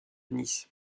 nice